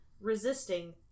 resisting